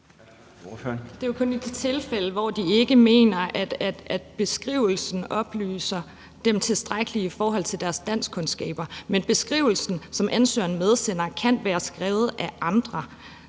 Det er jo kun i de tilfælde, hvor de ikke mener, at beskrivelsen oplyser dem tilstrækkeligt i forhold til ansøgerens danskkundskaber. Men beskrivelsen, som ansøgeren medsender, kan være skrevet af andre.